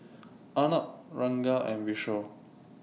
Arnab Ranga and Vishal